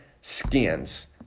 skins